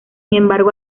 embargo